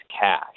cash